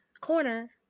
corner